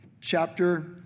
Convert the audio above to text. chapter